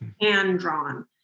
hand-drawn